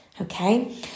Okay